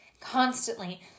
Constantly